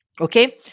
okay